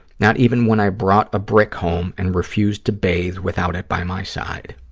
not even when i brought a brick home and refused to bathe without it by my side.